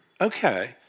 okay